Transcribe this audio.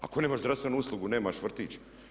Ako nemaš zdravstvenu uslugu, nemaš vrtić.